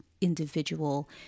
individual